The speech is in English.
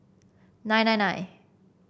nine nine nine